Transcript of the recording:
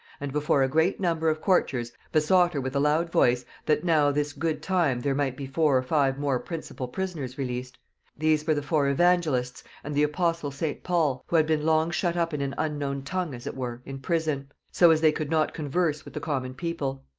and before a great number of courtiers besought her with a loud voice that now this good time there might be four or five more principal prisoners released these were the four evangelists, and the apostle st. paul, who had been long shut up in an unknown tongue, as it were in prison so as they could not converse with the common people.